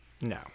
No